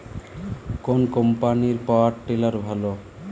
কোন কম্পানির power tiller ভালো?